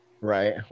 Right